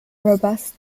robust